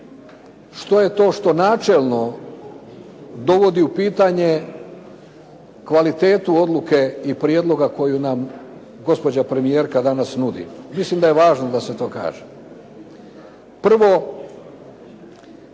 što je to što načelno dovodi u pitanje kvalitetu odluke i prijedloga koju nam gospođa premijerka danas nudi? Mislim da je važno da se to kaže.